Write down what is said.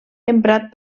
emprat